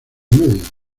medios